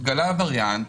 התגלה וריאנט